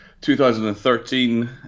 2013